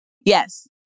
yes